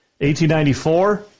1894